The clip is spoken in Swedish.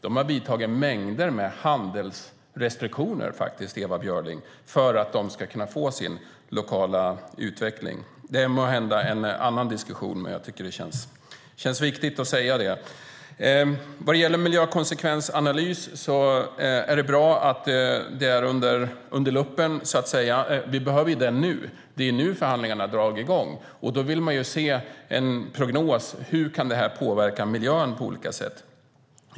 De har infört mängder med handelsrestriktioner, Ewa Björling, för att kunna få sin lokala utveckling. Det är måhända en annan diskussion, men det känns viktigt att nämna det. Vad beträffar miljökonsekvensanalysen är det bra att den nu är under lupp. Vi behöver den nu. Det är nu förhandlingarna drar i gång, och då vill vi se en prognos för hur de på olika sätt kan påverka miljön.